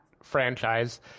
franchise